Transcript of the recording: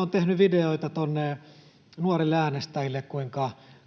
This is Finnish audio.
on tehnyt videoita nuorille äänestäjille siitä,